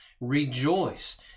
Rejoice